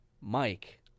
Mike